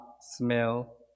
smell